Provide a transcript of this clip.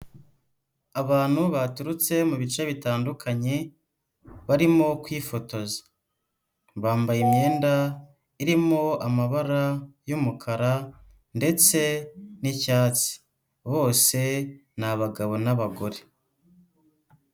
Abantu baturutse mu bice bitandukanye barimo kwifotoza, bambaye imyenda irimo amabara y'umukara ndetse n'icyatsi, bose ni abagabo n'abagore.